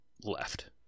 left